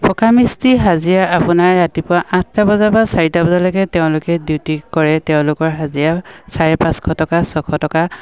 পকা মিস্ত্ৰী হাজিৰা আপোনাৰ ৰাতিপুৱা আঠটা বজাৰ বা চাৰিটা বজালৈকে তেওঁলোকে ডিউটি কৰে তেওঁলোকৰ হাজিৰা চাৰে পাঁচশ টকা ছশ টকা